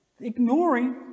ignoring